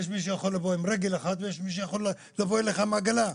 יש מי שיכול לבוא עם רגל אחת ויש מי שיכול לבוא אליך עם כיסא גלגלים.